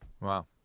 Wow